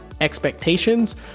expectations